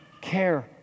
care